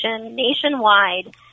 nationwide